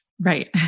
Right